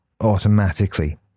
automatically